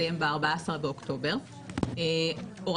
שעל